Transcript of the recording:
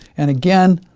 and again,